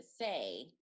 say